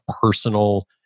personal